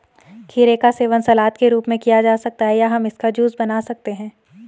खीरे का सेवन सलाद के रूप में किया जा सकता है या हम इसका जूस बना सकते हैं